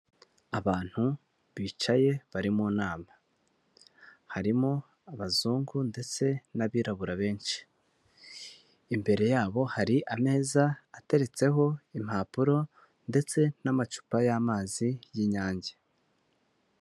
Abantu bicaye bari mu nama, harimo abazungu ndetse n'abirabura benshi, imbere yabo hari ameza ateretseho impapuro ndetse n'amacupa y'amazi y'inyange.